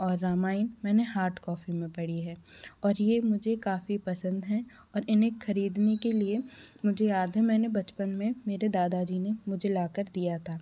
और रामायन मैंने hard copy में पड़ी है और ये मुझे काफ़ी पसंद हैं और इन्हें ख़रीदने के लिए मुझे याद है मैंने बचपन में मेरे दादा जी ने मुझे ला कर दिया था